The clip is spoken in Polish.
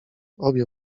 obie